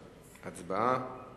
ההצעה להעביר את